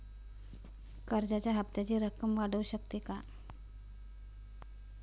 कर्जाच्या हप्त्याची रक्कम वाढवू शकतो का?